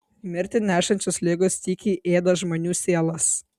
mirtį nešančios ligos tykiai ėda žmonių sielas